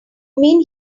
mean